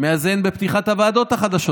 ומאזן בפתיחת הוועדות החדשות,